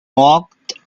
walked